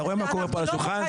אתה רואה מה קורה פה על השולחן,